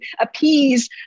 appease